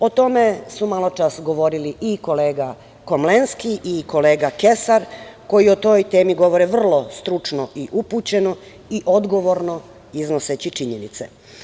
O tome su maločas govorili i kolega Komlenski i kolega Kesar, koji o toj temi govore vrlo stručno, upućeno i odgovorno iznoseći činjenice.